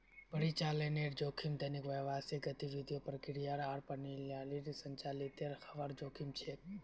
परिचालनेर जोखिम दैनिक व्यावसायिक गतिविधियों, प्रक्रियाओं आर प्रणालियोंर संचालीतेर हबार जोखिम छेक